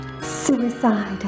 suicide